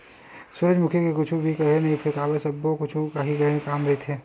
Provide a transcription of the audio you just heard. सूरजमुखी के कुछु ह नइ फेकावय सब्बो ह कुछु न काही काम के रहिथे